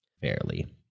fairly